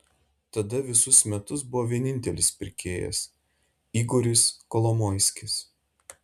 tada visus metus buvo vienintelis pirkėjas igoris kolomoiskis